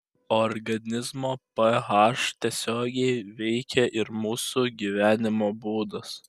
organizmo ph tiesiogiai veikia ir mūsų gyvenimo būdas